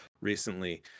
recently